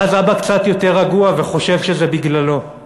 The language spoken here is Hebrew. ואז אבא קצת יותר רגוע וחושב שזה בגללו";